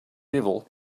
evil